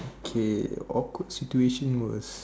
kay awkward situation will